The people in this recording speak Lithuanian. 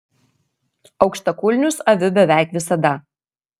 aukštakulnius aviu beveik visada